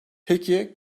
peki